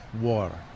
Water